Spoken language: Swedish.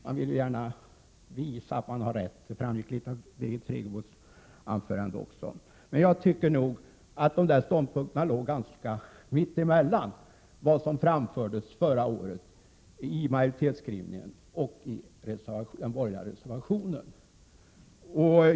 Man vill gärna visa att man haft rätt — litet av det framskymtade också i Birgit Friggebos anförande. Jag tycker att Edenmankommissionens ståndpunkter ligger ungefär mitt emellan vad som framfördes i majoritetsskrivningen och i den borgerliga reservationen förra året.